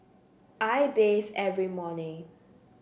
I bathe every morning